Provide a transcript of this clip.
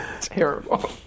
Terrible